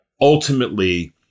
ultimately